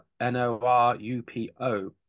N-O-R-U-P-O